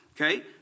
Okay